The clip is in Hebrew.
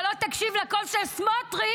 שלא תקשיב לקול של סמוטריץ',